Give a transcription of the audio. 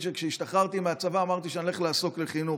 שכשהשתחררתי מהצבא אמרתי שאני הולך לעסוק בחינוך,